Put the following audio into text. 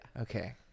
Okay